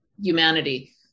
humanity